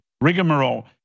rigmarole